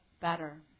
better